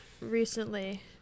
recently